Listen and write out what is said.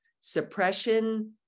suppression